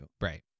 Right